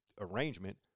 arrangement